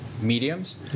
mediums